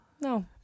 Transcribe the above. No